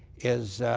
is